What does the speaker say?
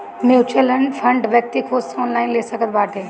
mutual fund व्यक्ति खुद से ऑनलाइन ले सकत बाटे